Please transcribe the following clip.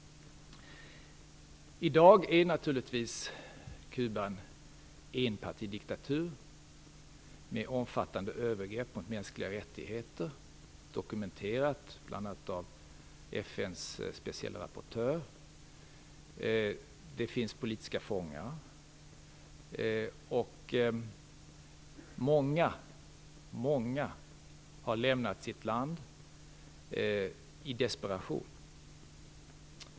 I dag är naturligtvis Kuba en enpartidiktatur med omfattande övergrepp mot mänskliga rättigheter, bl.a. dokumenterat av FN:s speciella rapportör. Det finns politiska fångar. Många har lämnat sitt land i desperation.